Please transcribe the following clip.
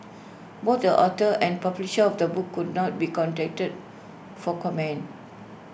both the author and publisher of the book could not be contacted for comment